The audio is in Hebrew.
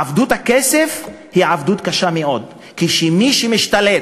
עבדות הכסף היא עבדות קשה מאוד, כי שמי שמשתלט,